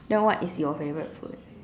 then what is your favourite food